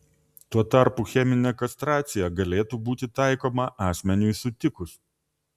tuo tarpu cheminė kastracija galėtų būti taikoma asmeniui sutikus